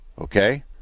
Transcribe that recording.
okay